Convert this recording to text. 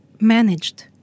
managed